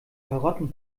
karotten